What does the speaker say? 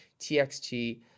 TXT